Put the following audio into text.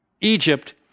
Egypt